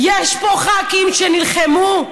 יש פה ח"כים שנלחמו: